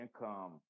income